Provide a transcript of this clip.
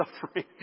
suffering